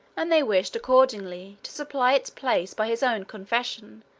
and they wished, accordingly, to supply its place by his own confession,